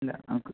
ഇല്ല നമുക്ക്